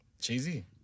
Cheesy